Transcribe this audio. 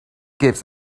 gives